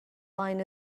line